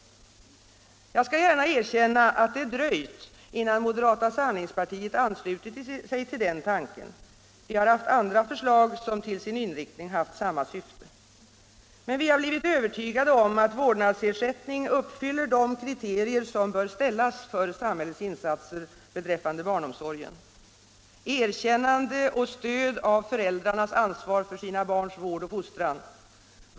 Jag skall gärna erkänna att det dröjt innan moderata samlingspartiet anslutit sig till den tanken — vi har haft andra förslag, som till sin inriktning haft samma syfte. Men vi har blivit övertygade om att vårdnadsersättning uppfyller de kriterier som bör uppställas för samhällets insatser beträffande barnomsorgen: Erkännande och stöd av föräldrarnas ansvar för sina barns vård och fostran.